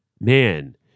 man